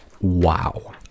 Wow